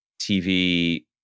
TV